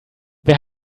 wer